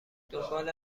دنبال